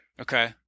Okay